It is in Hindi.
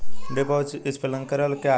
ड्रिप और स्प्रिंकलर क्या हैं?